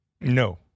No